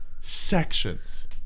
sections